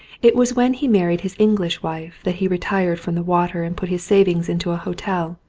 it was when he married his english wife that he retired from the water and put his savings into a hotel.